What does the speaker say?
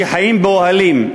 שחיים באוהלים.